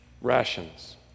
rations